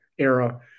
Era